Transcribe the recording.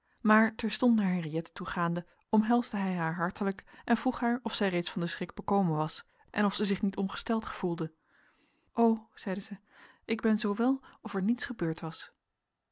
maar terstond naar henriëtte toegaande omhelsde hij haar hartelijk en vroeg haar of zij reeds van den schrik bekomen was en of zij zich niet ongesteld gevoelde o zeide zij ik ben zoo wel of er niets gebeurd was